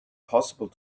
possible